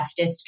leftist